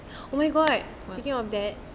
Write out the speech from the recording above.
oh my god speaking of that